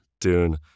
Dune